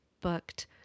booked